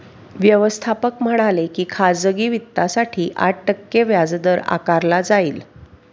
व्यवस्थापक म्हणाले की खाजगी वित्तासाठी आठ टक्के व्याजदर आकारला जाईल